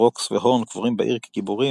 רוקס והורן קבורים בעיר כגיבורים,